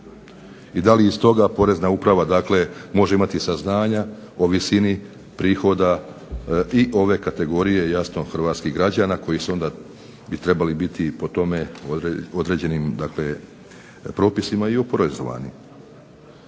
i da li iz toga porezna uprava dakle može imati saznanja o visini prihoda i ove kategorije, jasno hrvatskih građana, koji se onda i trebali biti i po tome određenim dakle propisima i oporezovani.